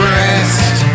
rest